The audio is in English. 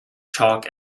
chalk